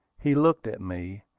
he looked at me,